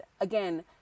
again